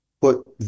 put